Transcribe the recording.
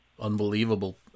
unbelievable